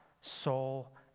soul